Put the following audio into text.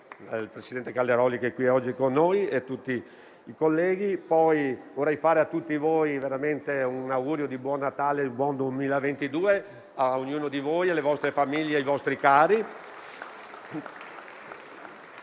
al presidente Calderoli, che è oggi qui con noi, e a tutti i colleghi. Poi vorrei fare a tutti voi veramente un augurio di buon Natale e di buon 2022, a ognuno di voi: alle vostre famiglie e ai vostri cari